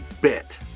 bit